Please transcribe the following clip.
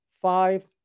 Five